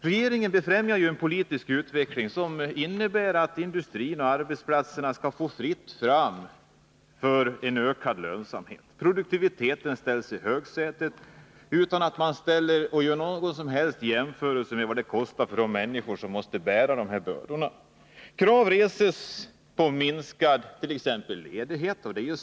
Regeringen befrämjar ju en politisk utveckling som innebär att det skall bli fritt fram för industrin och arbetsplatserna när det gäller en ökad lönsamhet. Produktiviteten ställs i högsätet, utan att man gör någon som helst jämförelse med vad det kostar för de människor som måste bära dessa bördor. Krav reses på minskad ledighet.